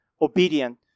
obedient